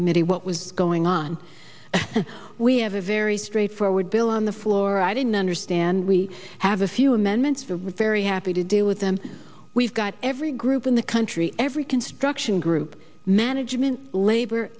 committee what was going on we have a very straightforward bill on the floor i didn't understand we have a few amendments the very happy to do with them we've got every group in the country every construction group management labor